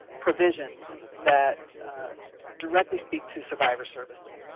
provisions that directly speak to survivor services.